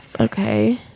Okay